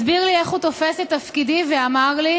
הסביר לי איך הוא תופס את תפקידי ואמר לי: